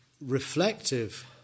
reflective